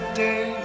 day